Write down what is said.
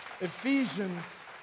Ephesians